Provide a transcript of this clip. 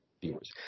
viewers